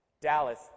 Dallas